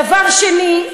דבר שני,